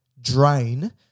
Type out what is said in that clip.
drain